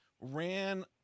ran